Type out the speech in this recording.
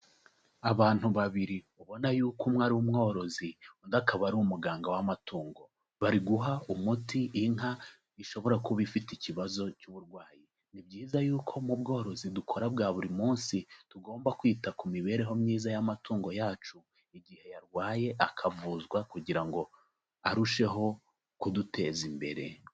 Abantu babiri ubona y'uko umwe ari umworozi undi akaba ari umuganga w'amatungo, bari guha umuti inka ishobora kuba ifite ikibazo cy'uburwayi. Ni byiza yuko mu bworozi dukora bwa buri munsi tugomba kwita ku mibereho myiza y'amatungo yacu igihe yarwaye akavuzwa kugira ngo arusheho kuduteza imbere.